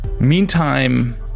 Meantime